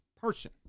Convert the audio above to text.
Person